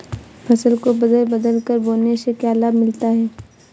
फसल को बदल बदल कर बोने से क्या लाभ मिलता है?